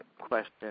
question